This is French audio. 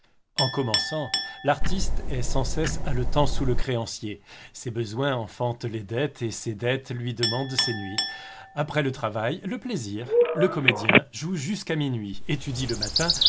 en commençant l'artiste est sans cesse haletant sous le créancier ses besoins enfantent les dettes et ses dettes lui demandent ses nuits après le travail le plaisir le comédien joue jusqu'à minuit étudie le matin